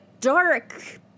dark